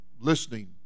listening